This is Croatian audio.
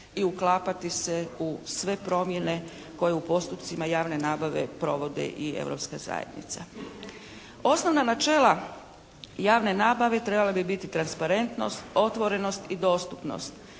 i uklapati se u sve promjene koje u postupcima javne nabave provodi i Europska zajednica. Osnovna načela javne nabave trebala bi biti transparentnost, otvorenost i dostupnost